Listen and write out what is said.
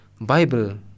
Bible